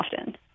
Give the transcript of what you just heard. often